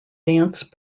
dance